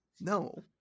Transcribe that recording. No